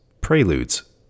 Preludes